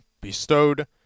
bestowed